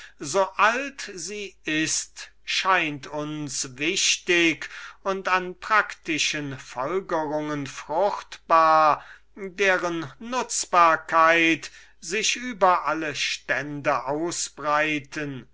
so alt sie ist scheint uns wichtig und an praktischen folgerungen fruchtbar deren nutzbarkeit sich über alle stände ausbreiten